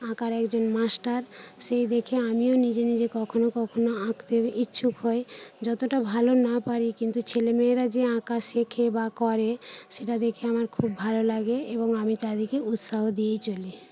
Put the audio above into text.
আঁকার একজন মাস্টার সেই দেখে আমিও নিজে নিজে কখনও কখনও আঁকতে ইচ্ছুক হই যতটা ভালো না পারি কিন্তু ছেলেমেয়েরা যে আঁকা শেখে বা করে সেটা দেখে আমার খুব ভালো লাগে এবং আমি তাদেরকে উৎসাহ দিয়েই চলি